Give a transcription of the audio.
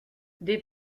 des